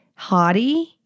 hottie